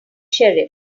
sheriff